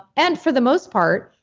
and for the most part,